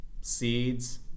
seeds